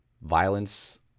violence